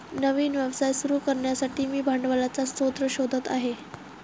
नवीन व्यवसाय सुरू करण्यासाठी मी भांडवलाचा स्रोत शोधत आहे